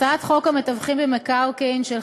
הצעת חוק המתווכים במקרקעין (תיקון,